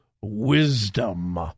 wisdom